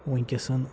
وٕنکٮ۪سٕنے